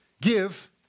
give